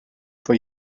for